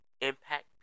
impact